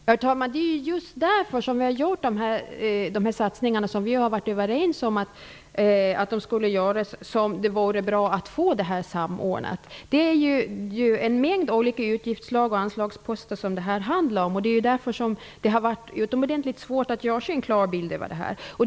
Herr talman! Det är ju just av den anledningen att vi har gjort de satsningar som vi har varit överens om som det vore bra med en samordning. Det handlar om en mängd olika utgiftsslag och anslagsposter, och det är därför som det har varit utomordentligt svårt att göra sig en klar bild av saken.